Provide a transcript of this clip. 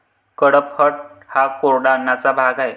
कडपह्नट हा कोरड्या अन्नाचा भाग आहे